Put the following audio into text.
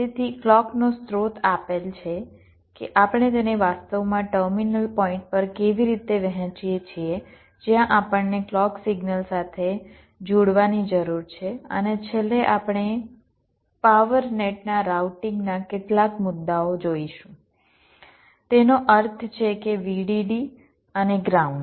તેથી ક્લૉકનો સ્રોત આપેલ છે કે આપણે તેને વાસ્તવમાં ટર્મિનલ પોઇન્ટ પર કેવી રીતે વહેંચીએ છીએ જ્યાં આપણને ક્લૉક સિગ્નલ સાથે જોડવાની જરૂર છે અને છેલ્લે આપણે પાવર નેટ ના રાઉટિંગ ના કેટલાક મુદ્દાઓ જોઈશું તેનો અર્થ છે કે Vdd અને ગ્રાઉન્ડ